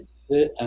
c'est